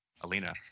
Alina